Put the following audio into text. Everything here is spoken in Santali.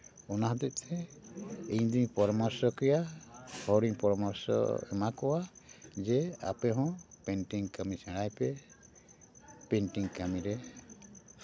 ᱚᱱᱟ ᱦᱚᱛᱮᱫ ᱛᱮ ᱤᱧ ᱫᱩᱧ ᱯᱚᱨᱟᱢᱚᱨᱥᱚ ᱠᱮᱭᱟ ᱦᱚᱲᱤᱧ ᱯᱚᱨᱟᱢᱚᱨᱥᱚᱧ ᱮᱢᱟ ᱠᱚᱣᱟ ᱡᱮ ᱟᱯᱮ ᱦᱚᱸ ᱯᱮᱱᱴᱤᱝ ᱠᱟᱹᱢᱤ ᱥᱮᱬᱟᱭ ᱯᱮ ᱯᱮᱱᱴᱤᱝ ᱠᱟᱹᱢᱤᱨᱮ